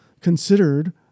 considered